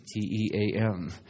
T-E-A-M